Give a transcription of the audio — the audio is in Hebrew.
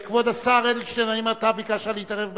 כבוד השר אדלשטיין, האם אתה ביקשת להתערב בדיון?